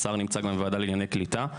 השר נמצא גם בוועדה לענייני קליטה,